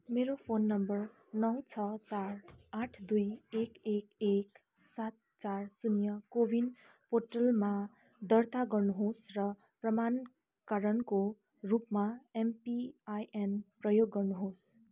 मेरो phone number नौ छ चार आठ दुई एक एक एक सात चार शून्य को विन पोर्टलमा दर्ता गर्नुहोस् र प्रमाणीकरणको रूपमा एमपिआईएन प्रयोग गर्नुहोस्